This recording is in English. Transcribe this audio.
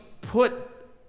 put